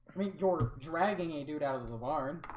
mean you're dragging a dude out of the barn